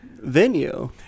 venue